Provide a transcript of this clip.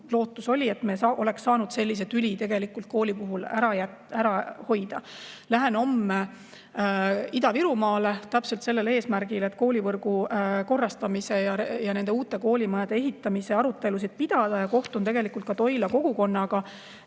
loodan, et me oleksime saanud sellise tüli ära hoida. Lähen homme Ida-Virumaale täpselt sellel eesmärgil, et koolivõrgu korrastamise ja nende uute koolimajade ehitamise arutelusid pidada, ja kohtun ka Toila kogukonnaga,